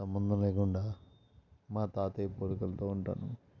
సంబంధం లేకుండా మా తాతయ్య పోలికలతో ఉంటాను